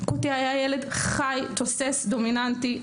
קותי היה ילד חי, תוסס, דומיננטי.